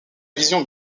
vision